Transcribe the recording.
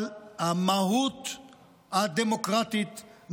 אבל המהות הדמוקרטית,